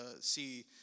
see